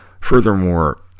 Furthermore